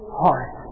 heart